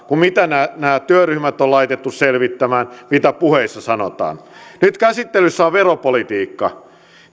kuin mitä nämä nämä työryhmät on laitettu selvittämään ja mitä puheissa sanotaan nyt käsittelyssä on veropolitiikka